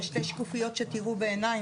יש שתי שקופיות שתראו בעיניים.